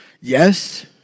yes